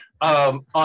On